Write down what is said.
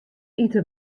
ite